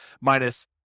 minus